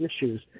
issues